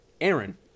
Aaron